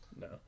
no